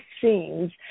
scenes